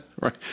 right